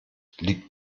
liegt